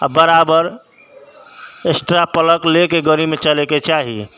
आ बराबर extra plug लेके गड़ीमे चलयके चाही